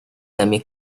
нами